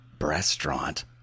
restaurant